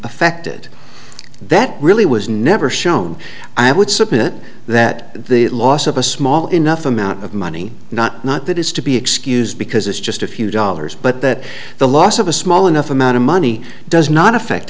affected that really was never shown i would submit that the loss of a small enough amount of money not not that is to be excused because it's just a few dollars but that the loss of a small enough amount of money does not affect